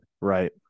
Right